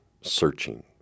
searching